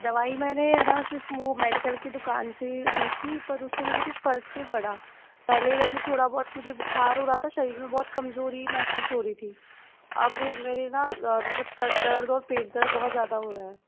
दवाई मैंने है न सिर्फ वो मेडिकल की दुकान से ली थी पर उससे मुझे कुछ फर्क नहीं पड़ा पहले वैसे थोड़ा बहुत मुझे बुखार हो रहा था शरीर में बहुत कमजोरी महसूस हो रही थी अब मेरे न मतलब सिरदर्द और पेट दर्द बहुत ज़्यादा हो रहा है